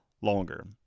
longer